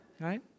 right